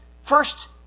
first